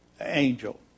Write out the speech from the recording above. angel